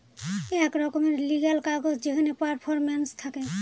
এক রকমের লিগ্যাল কাগজ যেখানে পারফরম্যান্স থাকে